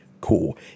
cool